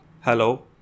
Hello